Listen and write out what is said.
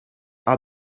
are